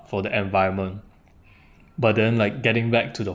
for the environment but then like getting back to the